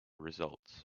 results